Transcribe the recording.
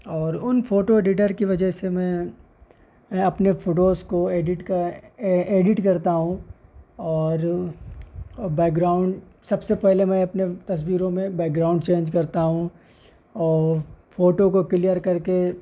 اور ان photo editor کی وجہ سے میں میں اپنے فوٹوز کو ایڈیٹ کر ایڈیٹ کرتا ہوں اور بیک گراؤنڈ سب سے پہلے میں اپنے تصویروں میں بیک گراؤنڈ چینج کرتا ہوں اور فوٹو کو کلیئر کر کے